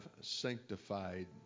sanctified